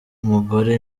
umugore